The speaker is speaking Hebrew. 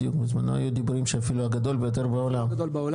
בדיוק בזמנו היו דיבורים שאפילו הגדול ביותר בעולם,